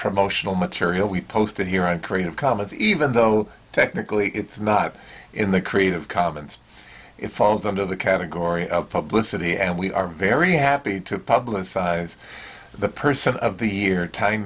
promotional material we post it here on creative commons even though technically it's not in the creative commons it falls under the category of publicity and we are very happy to publicize the person of the year t